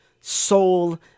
soul